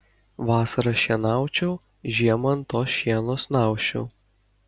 vasarą šienaučiau žiemą ant to šieno snausčiau